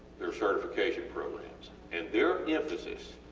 their certification programs and their emphasis,